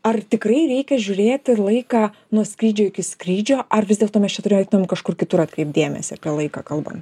ar tikrai reikia žiūrėti laiką nuo skrydžio iki skrydžio ar vis dėlto mes čia turėtum kažkur kitur atkreipt dėmesį apie laiką kalbant